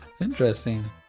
Interesting